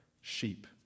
sheep